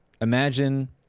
Imagine